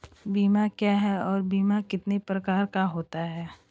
बीमा क्या है और बीमा कितने प्रकार का होता है?